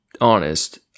honest